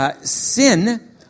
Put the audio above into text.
Sin